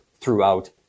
throughout